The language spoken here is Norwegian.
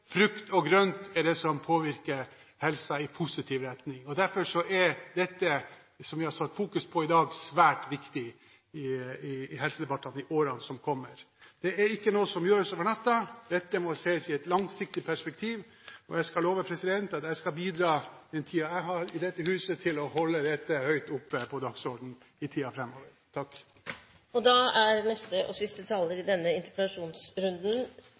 dette som vi har fokusert på i dag, svært viktig i helsedebatten i årene som kommer. Det er ikke noe som gjøres over natten, dette må ses i et langsiktig perspektiv. Jeg skal love at jeg skal bidra den tiden jeg har i dette huset, til å holde dette høyt oppe på dagsordenen i tiden framover. Det siste er